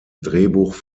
drehbuch